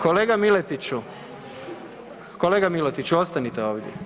Kolega Miletiću, kolega Miletiću ostanite ovdje.